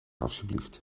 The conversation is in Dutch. alsjeblieft